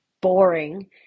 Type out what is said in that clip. boring